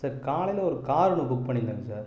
sir காலையில் ஒரு car ஒன்று புக் பண்ணிருந்தேங்க சார்